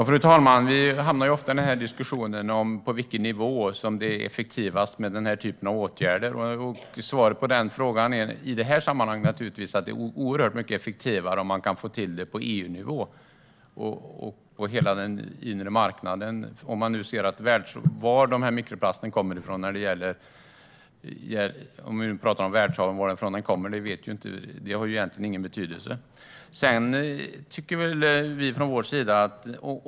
Fru talman! Vi hamnar ofta i diskussionen om på vilken nivå som det är effektivast med denna typ av åtgärder. Svaret på den frågan är i detta sammanhang naturligtvis att det är oerhört mycket effektivare om man kan få till det på EU-nivå och på hela den inre marknaden. Om vi talar om världshaven vet vi inte varifrån dessa mikroplaster kommer, och det har egentligen ingen betydelse.